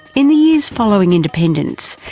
in the years following independence,